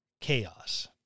chaos